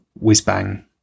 whiz-bang